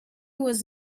was